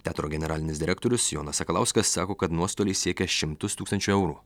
teatro generalinis direktorius jonas sakalauskas sako kad nuostoliai siekia šimtus tūkstančių eurų